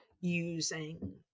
using